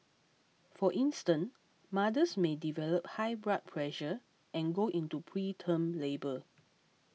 for instance mothers may develop high blood pressure and go into preterm labour